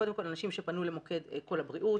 קודם כול, אנשים שפנו למוקד "קול הבריאות"